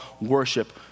worship